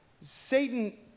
Satan